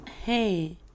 Hey